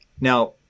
Now